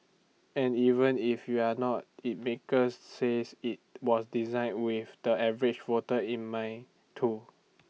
and even if you're not IT makers says IT was designed with the average voter in mind too